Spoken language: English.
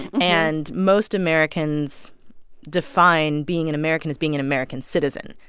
and most americans define being an american as being an american citizen,